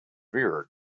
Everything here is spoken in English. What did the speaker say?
beard